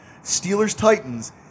Steelers-Titans